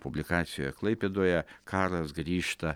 publikacijoje klaipėdoje karas grįžta